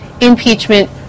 impeachment